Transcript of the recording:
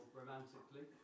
romantically